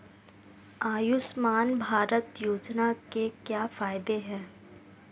आयुष्मान भारत योजना के क्या फायदे हैं?